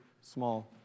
small